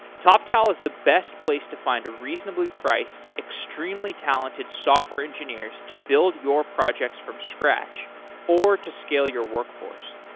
toptal is the best place to find reasonably priced, extremely talented software engineers to build your projects from scratch or to skill your workforce.